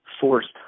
forced